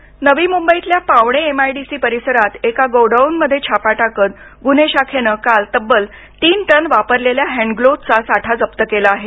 छापा नवी मुंबईतल्या पावणे एमआयडीसी परिसरात एका गोडाऊनमध्ये छापा टाकत गुन्हे शाखेने काल तब्बल तीन टन वापरलेल्या हॅन्डग्लोव्जचा साठा जप्त केला आहे